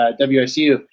WSU